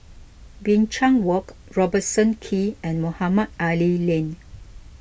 Binchang Walk Robertson Quay and Mohamed Ali Lane